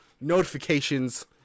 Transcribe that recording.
notifications